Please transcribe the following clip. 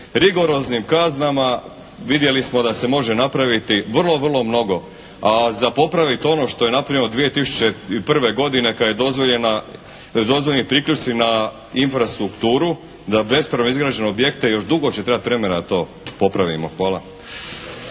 Rigoroznim kaznama vidjeli smo da se može napraviti vrlo, vrlo mnogo. A za popraviti ono što je napravljeno 2001. godine kad je dozvoljena, dozvoljeni priključci na infrastrukturu za bespravno izgrađene objekte još dugo će trebati vremena da to popravimo. Hvala.